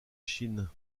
chine